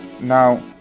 Now